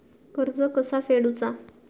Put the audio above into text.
कर्ज कसा फेडुचा?